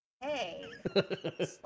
Hey